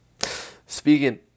speaking